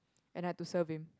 and I had to serve him